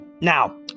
Now